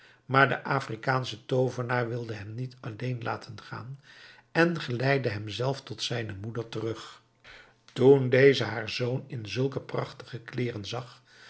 maar de afrikaansche toovenaar wilde hem niet alleen laten gaan en geleidde hem zelf tot zijne moeder terug toen deze haar zoon in zulke prachtige kleeren zag